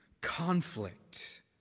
conflict